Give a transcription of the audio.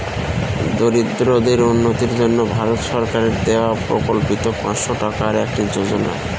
দরিদ্রদের উন্নতির জন্য ভারত সরকারের দেওয়া প্রকল্পিত পাঁচশো টাকার একটি যোজনা